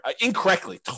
incorrectly